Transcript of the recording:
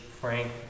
frank